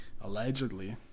allegedly